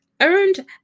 earned